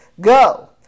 Go